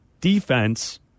Defense